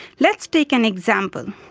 let's take an example.